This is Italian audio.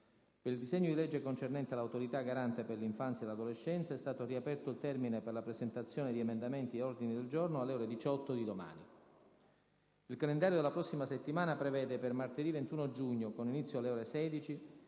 Per il disegno di legge concernente l'Autorità garante per l'infanzia e l'adolescenza è stato riaperto il termine per la presentazione di emendamenti e ordini del giorno alle ore 18 di domani. Il calendario della prossima settimana prevede per martedì 21 giugno, con inizio alle ore 16,